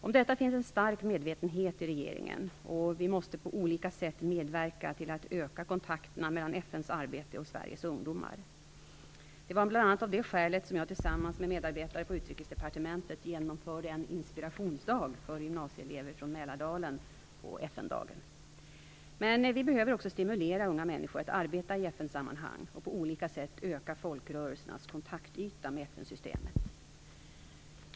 Om detta finns en stark medvetenhet i regeringen, och vi måste på olika sätt medverka till att öka kontakterna mellan FN:s arbete och Sveriges ungdomar. Det var bl.a. av det skälet som jag tillsammans med medarbetare på Utrikesdepartementet genomförde en inspirationsdag för gymnasieelever från Mälardalen på FN-dagen. Men vi behöver också stimulera unga människor att arbeta i FN-sammanhang och på olika sätt öka folkrörelsernas kontaktyta med FN-systemet.